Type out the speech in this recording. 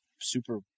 super